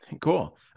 Cool